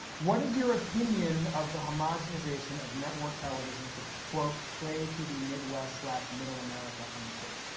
what is your opinion of the homogenization of network television to quote, play to the midwest slash middle america, unquote.